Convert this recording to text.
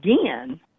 again